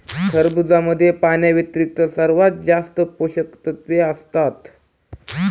खरबुजामध्ये पाण्याव्यतिरिक्त सर्वात जास्त पोषकतत्वे असतात